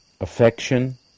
affection